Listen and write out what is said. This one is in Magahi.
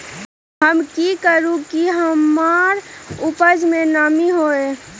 हम की करू की हमार उपज में नमी होए?